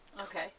Okay